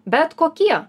bet kokie